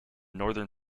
northern